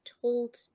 told